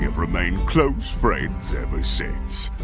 remained close friends ever since.